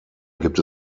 gibt